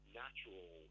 natural